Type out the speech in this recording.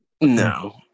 No